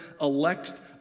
elect